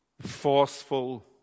forceful